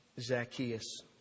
Zacchaeus